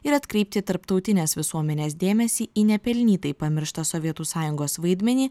ir atkreipti tarptautinės visuomenės dėmesį į nepelnytai pamirštą sovietų sąjungos vaidmenį